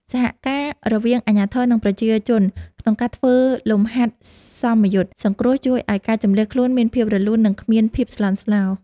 សហការរវាងអាជ្ញាធរនិងប្រជាជនក្នុងការធ្វើលំហាត់សមយុទ្ធសង្គ្រោះជួយឱ្យការជម្លៀសខ្លួនមានភាពរលូន និង គ្មានភាពស្លន់ស្លោ។